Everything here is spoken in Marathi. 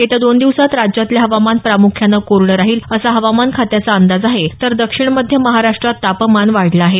येत्या दोन दिवसात राज्यातलं हवामान प्रामुख्याने कोरडं राहील असा हवामान खात्याचा अंदाज आहे तर दक्षिण मध्य महाराष्ट्रात तापमान वाढलं आहे